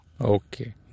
Okay